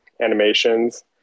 animations